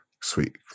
sweet